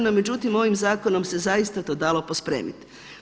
No međutim, ovim zakonom se zaista to dalo pospremit.